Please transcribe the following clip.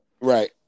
Right